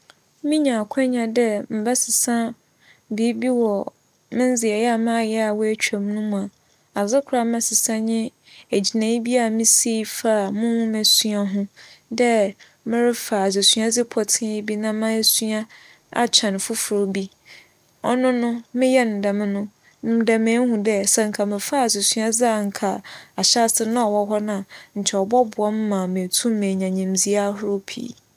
Minya akwanya dɛ mebɛsesa biribi wͻ me ndzeyɛɛ a mayɛ etwa mu no mu a, adze kor a mebɛsesa nye egyinae bi a misii faa mo nwomasua ho. Dɛ merefa adzesuadze bi pͻtsee bi esua akyɛn fofor bi. ͻno meyɛɛ no dɛm no, ndɛ meehu dɛ sɛ nka mefaa adzesuadze a nka ahyɛse no nna ͻwͻ hͻ no a, nkyɛ ͻbͻboa me ma menya nyimdzee ahorow pii.